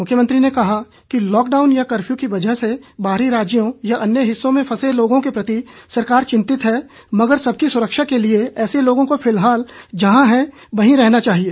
मुख्यमंत्री ने कहा कि लॉकडाउन या कफ़र्यू की वजह से बाहरी राज्यों या अन्य हिस्सों में फंसे लोगों के प्रति सरकार चिंतित है मगर सबकी सुरक्षा के लिए ऐसे लोगों को फिलहाल जहां हैं वहीं रहना चाहिए